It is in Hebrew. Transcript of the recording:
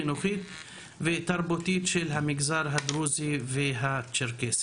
חינוכית ותרבותית של המגזר הדרוזי והצ'רקסי.